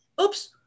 oops